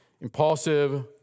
impulsive